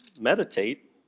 meditate